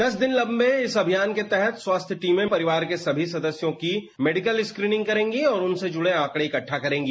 दस दिन लंबे इस अभियान के तहत स्वास्थ्य टीमें परिवार के सभी सदस्यों की मेडिकल स्क्रीनिंग करेंगी और उनसे जुड़े आंकड़े इकट्ठा करेंगी